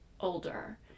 older